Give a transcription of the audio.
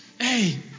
Hey